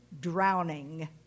Drowning